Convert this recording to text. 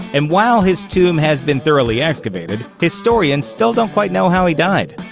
and while his tomb has been thoroughly excavated, historians still don't quite know how he died.